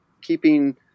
keeping